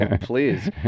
please